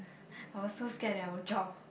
I was so scared that I will drop